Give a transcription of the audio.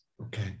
Okay